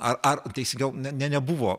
ar ar teisingiau ne nebuvo